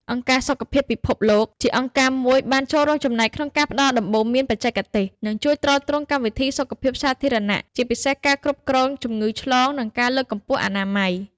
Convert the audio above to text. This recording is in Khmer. អង្គការសុខភាពពិភពលោក ជាអង្គការមួយបានចូលរួមចំណែកក្នុងការផ្តល់ដំបូន្មានបច្ចេកទេស និងជួយទ្រទ្រង់កម្មវិធីសុខភាពសាធារណៈ ជាពិសេសការគ្រប់គ្រងជំងឺឆ្លង និងការលើកកម្ពស់អនាម័យ។